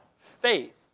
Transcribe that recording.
faith